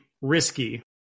risky